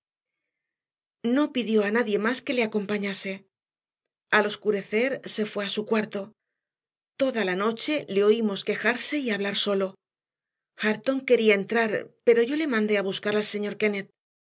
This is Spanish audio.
no pidió a nadie más que le acompañase al oscurecer se fue a su cuarto toda la noche le oímos quejarse y hablar solo hareton quería entrar pero yo le mandé a buscar al señor kennett